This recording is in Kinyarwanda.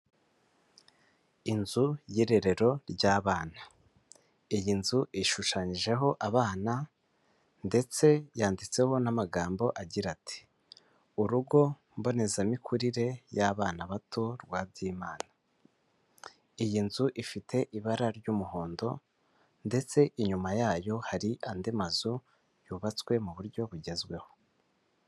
Inzu y'irerero ry'abana iyi nzu ishushanyijeho abana ndetse yanditseho n'amagambo agira ati ''urugo mbonezamikurire y'abana bato ba Byimana." Iyi nzu ifite ibara ry'umuhondo ndetse inyuma yayo hari andi mazu yubatswe mu buryo bugezweho.